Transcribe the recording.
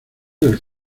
del